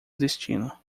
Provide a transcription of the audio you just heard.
destino